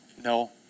No